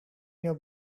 your